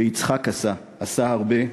ויצחק עשה, עשה הרבה,